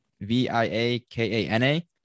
v-i-a-k-a-n-a